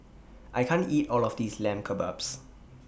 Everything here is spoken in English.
I can't eat All of This Lamb Kebabs